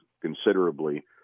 considerably